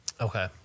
Okay